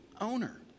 owner